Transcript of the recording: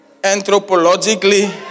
Anthropologically